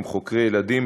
עם חוקרי ילדים,